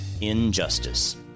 Injustice